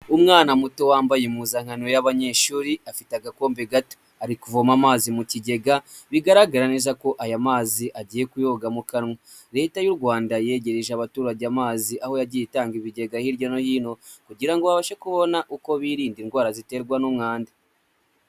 Umwana muto wambaye impuzankano y'abanyeshuri afite agakombe gato, ari kuvoma amazi mu kigega bigaragara neza ko aya mazi agiye kuyoga mu kanwa. Leta y'u Rwanda yegereje abaturage amazi, aho yagiye itanga ibigega hirya no hino kugira ngo babashe kubona uko birinda indwara ziterwa n'umwanda.